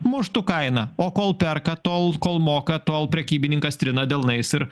muštų kainą o kol perka tol kol moka tol prekybininkas trina delnais ir